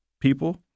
people